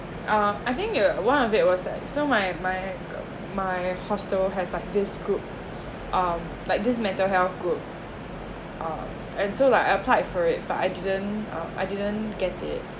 uh I think uh one of it was like so my my my hostel has like this group um like this mental health group uh and so like apply for it but I didn't uh I didn't get it